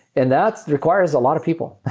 and that requires a lot of people.